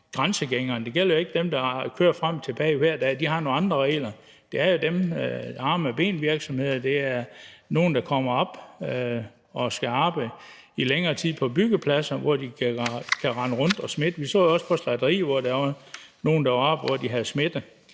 det gælder ikke dem, der kører frem og tilbage hver dag – de har nogle andre regler. Men det gælder jo arme og ben-virksomheder, og der er nogle, der kommer op og skal arbejde i længere tid på byggepladser, hvor de kan rende rundt og smitte. Vi så jo også på et slagteri, at der var nogle, der havde smitte